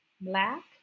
black